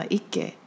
ike